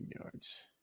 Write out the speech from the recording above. yards